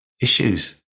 issues